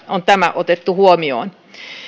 on tämä otettu huomioon